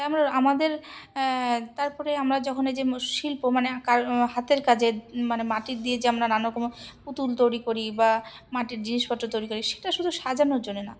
তাই আমাদের তারপরে আমরা যখন এই যে শিল্প মানে হাতের কাজের মানে মাটির দিয়ে যে আমরা নানা রকম পুতুল তৈরি করি বা মাটির জিনিসপত্র তৈরি করি সেটা শুধু সাজানোর জন্যে না